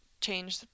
change